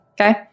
okay